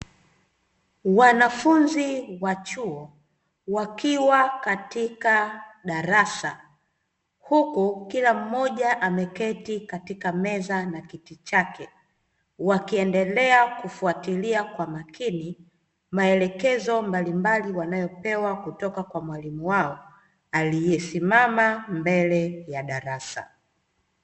Wanafunzi wa chuo wakiwa katika darasa, huku kila mmoja ameketi katika meza na kiti chake, wakiendelea kufuatilia kwa makini maelekezo mbalimbali wanayopewa kutoka kwa mwalimu wao aliyesimama mbele ya darasa.